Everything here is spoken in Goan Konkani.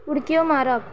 उडक्यो मारप